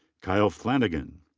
kyle flanagan.